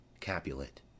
Capulet